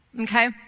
Okay